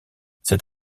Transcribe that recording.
cet